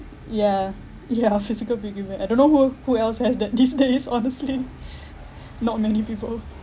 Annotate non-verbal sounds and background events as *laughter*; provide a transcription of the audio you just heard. ya ya *laughs* physical piggy bank I don't know who who else has that these days *laughs* honestly *laughs* not many people *laughs*